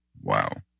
Wow